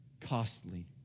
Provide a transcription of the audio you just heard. costly